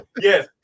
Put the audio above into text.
yes